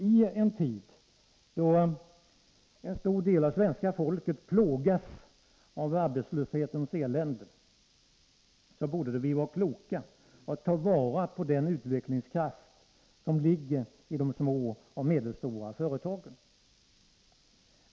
I en tid då en stor del av svenska folket plågas av arbetslöshetens elände borde vi vara kloka och ta vara på den utvecklingskraft som ligger i de små och medelstora företagen.